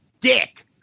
dick